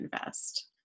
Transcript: invest